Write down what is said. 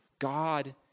God